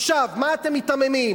עכשיו, מה אתם מיתממים?